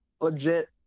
legit